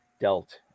dealt